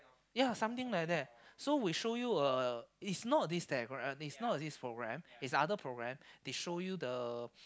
ya something like that so we show you a it's not this leh it's not this program it's other program they show you the